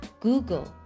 Google